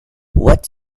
what